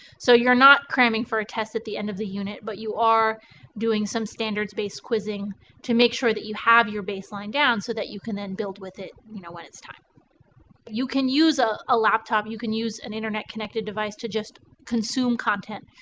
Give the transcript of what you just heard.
so you're not cramming for a test at the end of the unit, but you are doing some standards based quizzing to make sure that you have your baseline down so that you can then build with it you know when it's time. teacher five you can use a ah laptop, you can use an internet connected device to just consume content.